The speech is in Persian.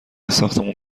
ساختمون